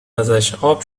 ازشاب